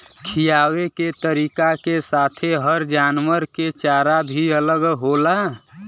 खिआवे के तरीका के साथे हर जानवरन के चारा भी अलग होला